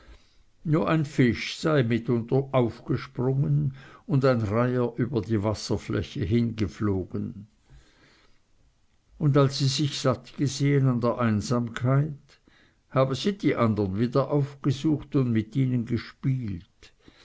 nur ein fisch sei mitunter aufgesprungen und ein reiher über die wasserfläche hingeflogen und als sie sich satt gesehen an der einsamkeit habe sie die andern wieder aufgesucht und mit ihnen gespielt